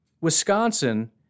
Wisconsin